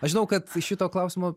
aš žinau kad šito klausimo